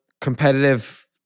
competitive